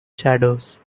shadows